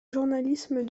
journalisme